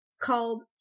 called